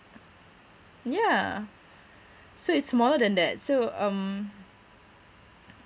yeah so it's smaller than that so um